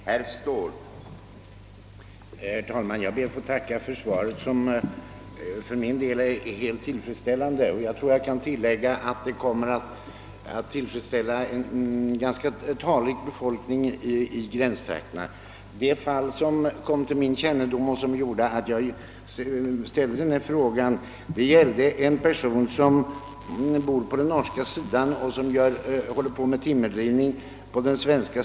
Herr talman! Jag ber att få tacka för svaret som jag finner helt tillfredsställande. Jag tror att jag kan tillägga att det även kommer att tillfredsställa en ganska talrik befolkning i gränstrakterna. Ett av de fall som kommit till min kännedom och som föranlett mig att ställa denna fråga gällde en person, som bor på den norska sidan och som håller på med timmerdrivning på den svenska.